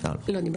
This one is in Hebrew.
לא, לא דיברתי.